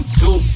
two